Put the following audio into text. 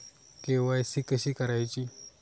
KYC कशी करायची?